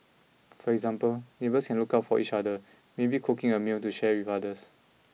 for example neighbours can look out for each other maybe cooking a meal to share with others